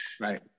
Right